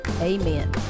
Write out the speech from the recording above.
amen